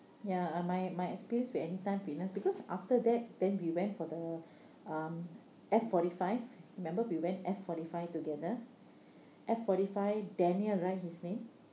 ya uh my my experience with anytime fitness because after that then we went for the um F forty five remember we went F forty five together F forty five daniel right his name